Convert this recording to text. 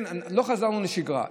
לא חזרנו לשגרה.